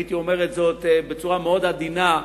הייתי אומר את זאת בצורה מאוד עדינה,